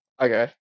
Okay